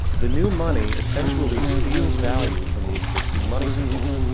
the new money essentially steals value from the existing money supply.